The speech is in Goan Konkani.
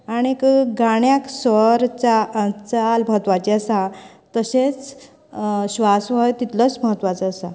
आनीक गाण्याक स्वर चा चाल म्हत्वाची आसा तशेंच श्वास हो तितलोच म्हत्वाचो आसा